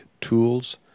tools